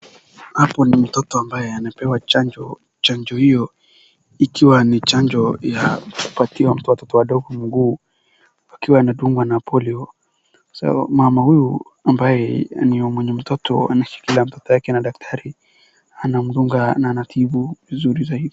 Hapo ni mtoto ambaye amepewa chanjo, chanjo hiyo ikiwa ni chanjo ya kupatiwa watoto wadogo kwa mguu akiwa anadungwa na polio, mama huyu ambaye ni mwenye mtoto anashikilia mtoto wake na daktari anamdunga na abatibu vizuri zaidi.